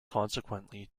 consequently